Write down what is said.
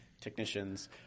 technicians